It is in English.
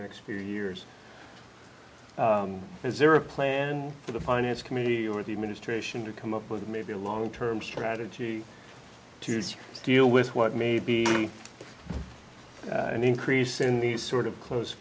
next few years is there a plan for the finance committee or the administration to come up with maybe a long term strategy to deal with what may be an increase in these sort of close